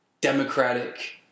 democratic